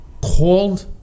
called